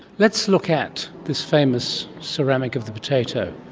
let's look at this famous ceramic of the potato.